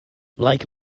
like